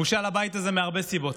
בושה לבית הזה מהרבה סיבות.